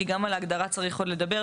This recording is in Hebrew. כי גם על ההגדרה צריך עוד לדבר,